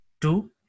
Two